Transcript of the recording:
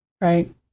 Right